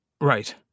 right